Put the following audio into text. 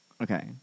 Okay